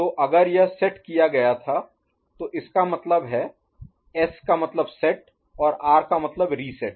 तो अगर यह सेट किया गया था तो अब इसका मतलब है S का मतलब सेट और R का मतलब रिसेट